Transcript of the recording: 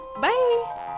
bye